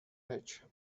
edge